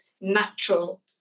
natural